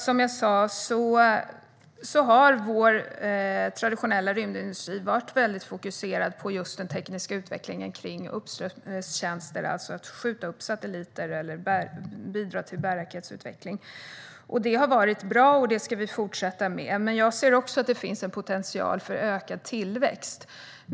Som jag sa har vår traditionella rymdindustri varit väldigt fokuserad på den tekniska utvecklingen inom uppströmstjänster, alltså att skjuta upp satelliter eller bidra till bärraketsutveckling. Det har varit bra, och det ska vi fortsätta med. Jag ser dock att det finns en potential för ökad tillväxt.